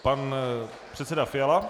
Pan předseda Fiala.